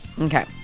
Okay